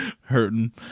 hurting